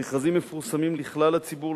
המכרזים מפורסמים לכלל הציבור,